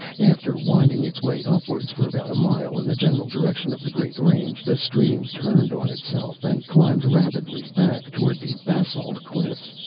after winding its way upwards for about a mile in the general direction of the great range, the stream turned on itself and climbed rapidly back toward the basalt cliffs,